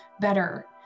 better